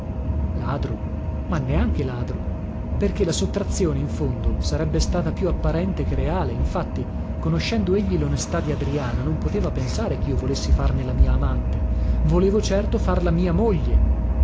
ladro ma neanche ladro perché la sottrazione in fondo sarebbe stata più apparente che reale infatti conoscendo egli lonestà di adriana non poteva pensare chio volessi farne la mia amante volevo certo farla mia moglie